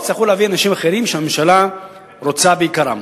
יצטרכו להביא אנשים אחרים שהממשלה רוצה ביקרם.